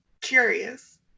curious